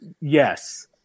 Yes